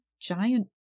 giant